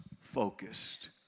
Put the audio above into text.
focused